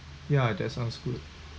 yeah that sounds good